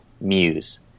muse